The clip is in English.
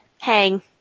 hang